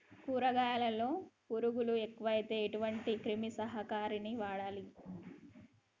కూరగాయలలో పురుగులు ఎక్కువైతే ఎటువంటి క్రిమి సంహారిణి వాడాలి?